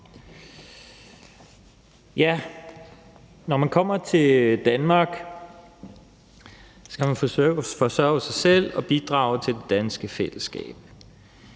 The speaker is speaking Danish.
Når man kommer til Danmark, skal man forsørge sig selv og bidrage til det danske fællesskab.